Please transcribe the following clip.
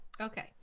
okay